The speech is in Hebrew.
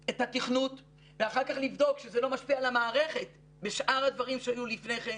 התכנות ואחר כך לבדוק שזה לא משפיע על המערכת בשאר הדברים שהיו לפני כן.